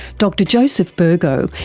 dr joseph burgo,